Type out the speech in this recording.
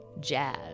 Jazz